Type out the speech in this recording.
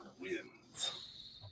wins